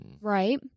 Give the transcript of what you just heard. Right